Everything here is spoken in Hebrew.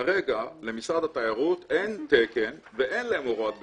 כרגע למשרד התיירות אין תקן ואין להם הוראת בטיחות.